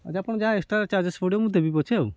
ଆଚ୍ଛା ଆପଣ ଯାହା ଏକ୍ସଟ୍ରା ଚାର୍ଜେସ୍ ପଡ଼ିବ ମୁଁ ଦେବି ପଛେ ଆଉ